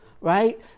right